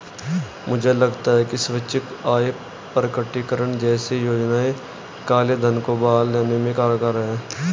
मुझे लगता है कि स्वैच्छिक आय प्रकटीकरण जैसी योजनाएं काले धन को बाहर लाने में कारगर हैं